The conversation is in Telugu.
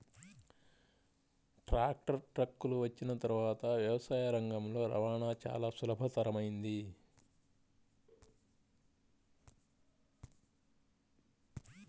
ట్రాక్టర్, ట్రక్కులు వచ్చిన తర్వాత వ్యవసాయ రంగంలో రవాణా చాల సులభతరమైంది